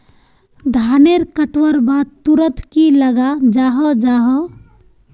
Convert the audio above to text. धानेर कटवार बाद तुरंत की लगा जाहा जाहा?